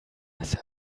his